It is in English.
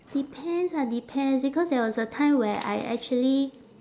depends ah depends because there was a time where I actually